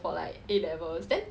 for like A-levels then